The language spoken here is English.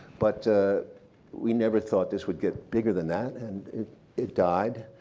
but we never thought this would get bigger than that, and it it died.